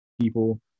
people